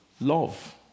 Love